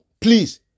Please